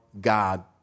God